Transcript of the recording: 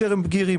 שהם בגירים.